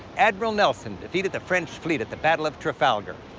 admiral nelson defeated the french fleet at the battle of trafalgar.